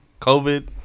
COVID